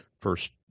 first